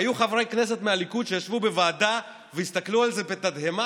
והיו חברי כנסת מהליכוד שישבו בוועדה והסתכלו על זה בתדהמה,